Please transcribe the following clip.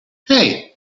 hey